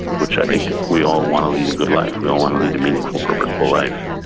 which i think we all want to lead a good life. we all want to lead a meaningful, purposeful life.